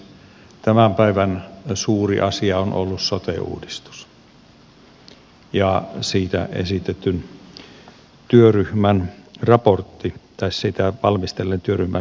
tämän päivän suuri asia on ollut sote uudistus ja sitä valmistelleen työryhmän raportti